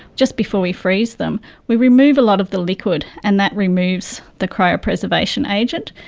just before we freeze them we remove a lot of the liquid, and that removes the cryopreservation agent.